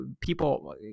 people